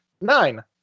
Nine